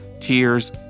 tears